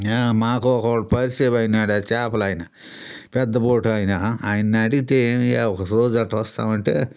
మాకు ఒక్కడు పరిచయం అయ్యాడు చేపల ఆయన పెద్ద బోట్ ఆయన ఆయన అడిగితే ఏమియా ఒకరోజు అట్టా వస్తామంటే